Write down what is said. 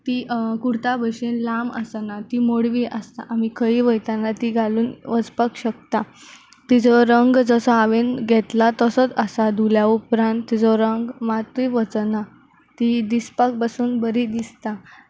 ती कुर्ता भाशेन लांब आसना ती मोटवी आसता आमी खंय वयतना ती घालून वचपाक शकता तिचो रंग जसो हांवें घेतला तसोच आसा धुल्या उपरांत तिचो रंग मात्तूय वचना ती दिसपाक पासून बरी दिसता